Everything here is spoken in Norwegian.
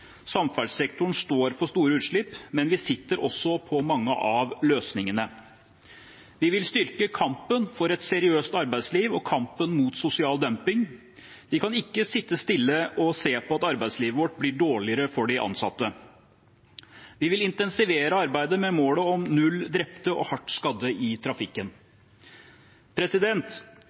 Samferdselssektoren står for store utslipp, men vi sitter også på mange av løsningene. Vi vil styrke kampen for et seriøst arbeidsliv og kampen mot sosial dumping. Vi kan ikke sitte stille og se på at arbeidslivet vårt blir dårligere for de ansatte. Vi vil intensivere arbeidet med målet om null drepte og hardt skadde i trafikken.